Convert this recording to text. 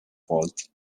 poolt